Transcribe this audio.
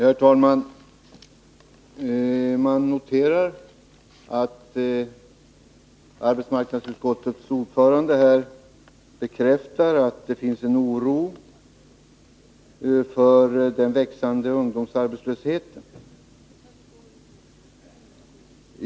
Herr talman! Jag noterar att arbetsmarknadsutskottets ordförande här bekräftar att det finns en oro för den växande ungdomsarbetslösheten.